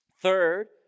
Third